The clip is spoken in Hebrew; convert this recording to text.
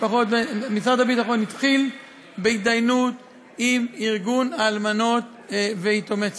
משרד הביטחון התחיל בהתדיינות עם ארגון אלמנות ויתומי צה"ל,